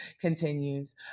continues